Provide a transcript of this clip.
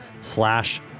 slash